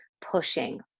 pushing